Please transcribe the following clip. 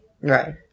Right